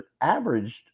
averaged